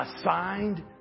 Assigned